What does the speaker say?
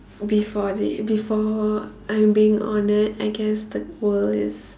before they before I'm being honoured I guess the world is